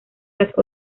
las